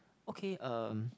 okay um